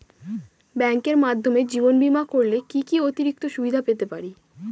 ব্যাংকের মাধ্যমে জীবন বীমা করলে কি কি অতিরিক্ত সুবিধে পেতে পারি?